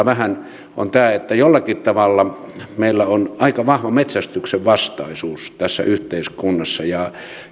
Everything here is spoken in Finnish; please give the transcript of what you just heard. vähän harmittaa on tämä että jollakin tavalla meillä on aika vahva metsästyksen vastaisuus tässä yhteiskunnassa